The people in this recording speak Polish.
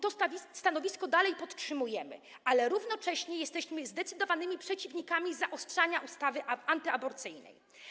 To stanowisko dalej podtrzymujemy, ale równocześnie jesteśmy zdecydowanymi przeciwnikami zaostrzania ustawy antyaborcyjnej.